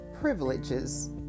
privileges